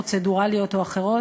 פרוצדורליות או אחרות,